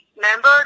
member